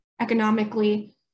economically